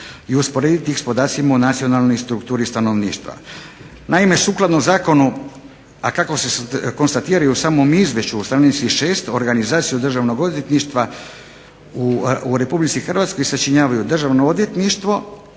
i usporediti ih s podacima u nacionalnoj strukturi stanovništva. Naime, sukladno zakonu, a kako se konstatira i u samom izvješću na str. 6. organizacija Državnog odvjetništva u RH sačinjavaju državno odvjetništvo,